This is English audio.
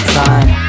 time